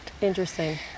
Interesting